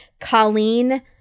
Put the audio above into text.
Colleen